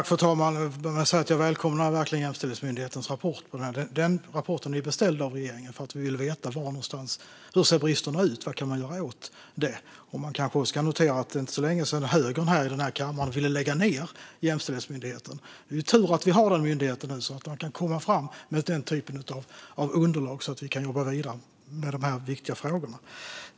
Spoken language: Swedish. Fru talman! Jag välkomnar verkligen Jämställdhetsmyndighetens rapport. Den rapporten är beställd av regeringen för att vi vill veta hur bristerna ser ut och vad man kan göra åt det. Man kanske ska notera att det inte är så länge sedan högern i den här kammaren ville lägga ned Jämställdhetsmyndigheten. Det är tur att vi har den myndigheten nu så att den kan komma fram med den typen av underlag så att vi kan jobba vidare med dessa viktiga frågor.